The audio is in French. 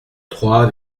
trois